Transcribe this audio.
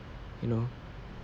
you know